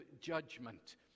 judgment